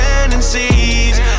tendencies